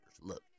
Look